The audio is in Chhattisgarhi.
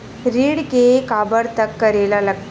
ऋण के काबर तक करेला लगथे?